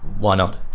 why not?